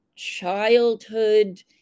childhood